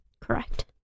Correct